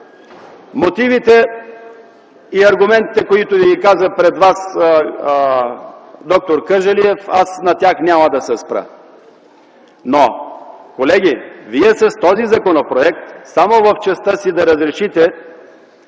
мотивите и аргументите, които каза пред вас д-р Кърджалиев, няма да се спра. Но, колеги, с този законопроект само в частта си да разрешите